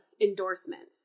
endorsements